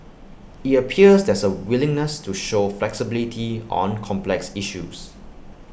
IT appears there's A willingness to show flexibility on complex issues